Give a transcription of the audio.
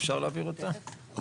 אז